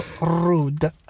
rude